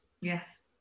Yes